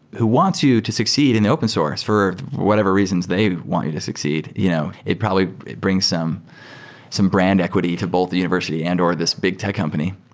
who wants you to succeed in the open source for whatever reasons they want you to succeed. you know it brings some some brand equity to both the university and or this big tech company.